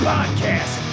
Podcast